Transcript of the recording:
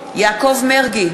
יעקב מרגי,